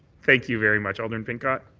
thank you very much. alderman pincott?